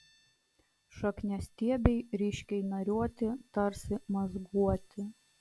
šakniastiebiai ryškiai nariuoti tarsi mazguoti